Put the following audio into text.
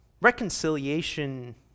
Reconciliation